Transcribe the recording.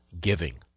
giving